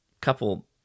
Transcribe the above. couple